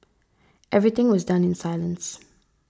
everything was done in silence